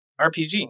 RPG